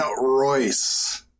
Royce